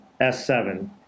S7